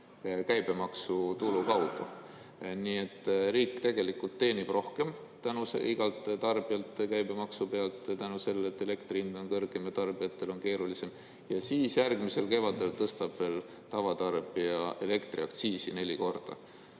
käibemaksutulu kaudu. Nii et riik tegelikult teenib rohkem igalt tarbijalt käibemaksu pealt tänu sellele, et elektri hind on kõrgem ja tarbijatel on keerulisem, ja siis järgmisel kevadel tõstab veel tavatarbija elektriaktsiisi neli korda.